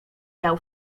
miał